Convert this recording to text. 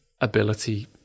ability